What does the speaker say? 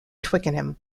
twickenham